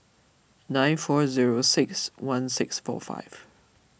nine four zero six one six four five